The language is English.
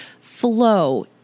flow